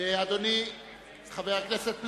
אדוני חבר הכנסת פלסנר,